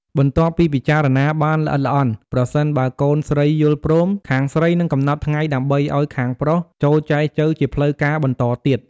បន្ទាប់ពីពិចារណាបានល្អិតល្អន់ ប្រសិនបើកូនស្រីយល់ព្រម ខាងស្រីនឹងកំណត់ថ្ងៃដើម្បីឲ្យខាងប្រុសចូលចែចូវជាផ្លូវការបន្តទៀត។